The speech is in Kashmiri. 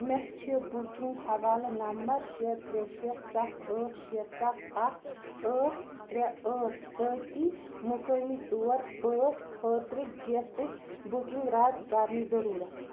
مےٚ چھِ بُکِنٛگ حوالہٕ نمبر شےٚ ترٛےٚ شےٚ سَتھ ٲٹھ شےٚ سَتھ اکھ ٲٹھ ترٛےٚ ٲٹھ سۭتی مُقٲمی طور پٲٹھۍ خٲطرٕ گیسٕچ بُکِنٛگ رَد کَرنٕچ ضٔروٗرت